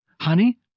Honey